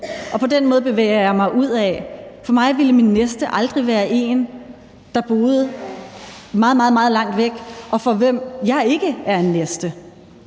På den måde bevæger jeg mig udad. For mig ville min næste aldrig være en, der boede meget, meget langt væk, og for hvem jeg ikke er en næste.